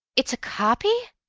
it's a copy!